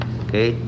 okay